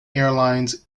airlines